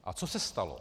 A co se stalo?